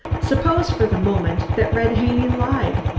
suppose, for the moment, that red haney lied,